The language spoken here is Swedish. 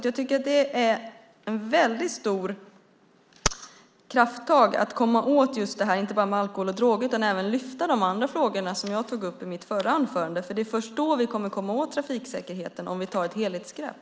Jag tycker att det är ett stort krafttag att komma åt just det här, inte bara när det gäller alkohol och droger utan även att lyfta upp de andra frågorna som jag tog upp i mitt förra anförande. För det är först då vi kommer att komma åt trafiksäkerheten, om vi tar ett helhetsgrepp.